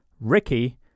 ricky